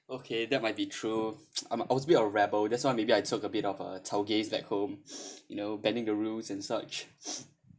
okay that might be true I'm obviously a rebel that's why maybe I took a bit of uh tau gays back home you know bending the rules and such